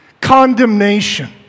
Condemnation